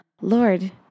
Lord